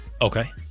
Okay